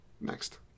Next